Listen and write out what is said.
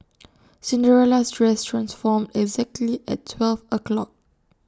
Cinderella's dress transformed exactly at twelve o'clock